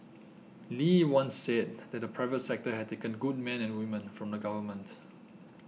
Lee once said that the private sector had taken good men and women from the government